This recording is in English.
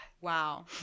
Wow